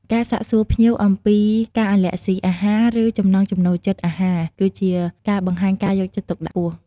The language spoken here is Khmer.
ការសាកសួរភ្ញៀវអំពី អាឡែរហ្សុីអាហារ ឬចំណង់ចំណូលចិត្តអាហារ គឺជាការបង្ហាញការយកចិត្តទុកដាក់ខ្ពស់។